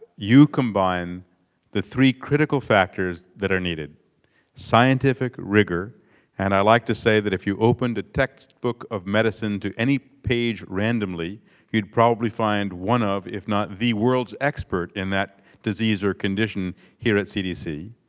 you combine the three critical factors that are needed scientific rigor and i like to say that if you opened a textbook of medicine to any page randomly you'd probably find one of, if not the world's expert in that disease or condition here at cdc.